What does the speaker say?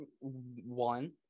One